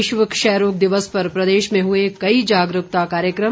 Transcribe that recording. विश्व क्षय रोग दिवस पर प्रदेश में हुए कई जागरूकता कार्यक्रम